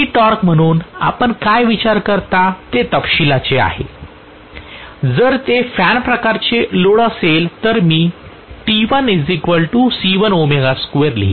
कमी टॉर्क म्हणून आपण काय विचार करता ते तपशीलाचे आहे जर ते फॅन प्रकारचे लोड असेल तर मी T1C1ω2 लिहीन